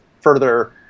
further